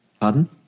Pardon